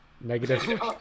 Negative